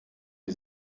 die